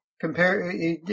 Compare